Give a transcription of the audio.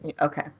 Okay